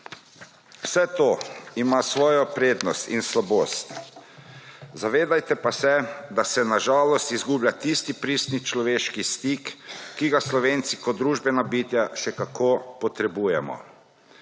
Vse to ima svojo prednost in slabost, zavedajte pa se, da se na žalost izgublja tisti pristni človeški stik, ki ga Slovenci kot družbena bitja še kako potrebujemo.